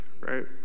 right